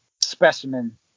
specimen